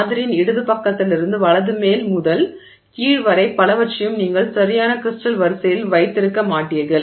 மாதிரியின் இடது பக்கத்திலிருந்து வலது மேல் முதல் கீழ் வரை பலவற்றையும் நீங்கள் சரியான கிரிஸ்டல் வரிசையில் வைத்திருக்க மாட்டீர்கள்